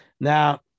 Now